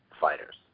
fighters